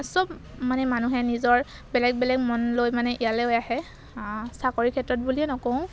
চব মানে মানুহে নিজৰ বেলেগ বেলেগ মন লৈ মানে ইয়ালৈ আহে চাকৰি ক্ষেত্ৰত বুলিয়ে নকওঁ